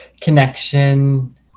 connection